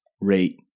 rate